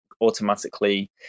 automatically